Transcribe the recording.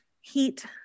heat